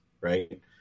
right